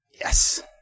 Yes